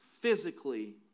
physically